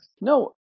no